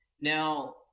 Now